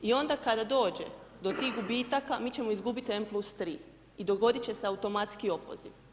I onda kada dođe do tih gubitaka, mi ćemo izgubiti M+3, i dogodit će se automatski opoziv.